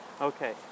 Okay